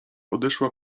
odeszła